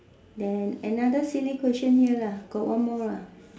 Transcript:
then another silly question here lah got one more lah